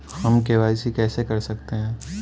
हम के.वाई.सी कैसे कर सकते हैं?